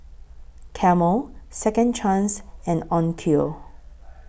Camel Second Chance and Onkyo